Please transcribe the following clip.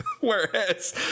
Whereas